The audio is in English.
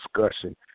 discussion